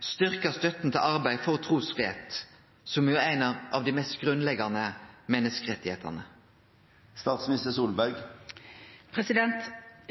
til arbeid for trusfridom, som jo er ein av dei mest grunnleggjande menneskerettane? Jeg